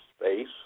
space